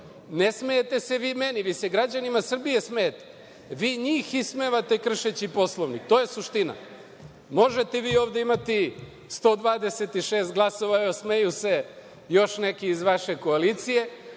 Ne smejete se vi meni, vi se smejete građanima Srbije. Vi njih ismevate kršeći Poslovnik i to je suština. Možete vi ovde imati 126 glasova, a smeju se još neki iz vaše koalicije,